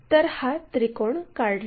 तर हा त्रिकोण काढला